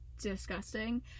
Disgusting